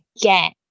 get